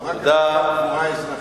הוא רק אחראי על הקבורה האזרחית.